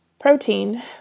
Protein